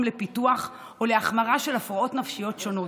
לפיתוח או להחמרה של הפרעות נפשיות שונות,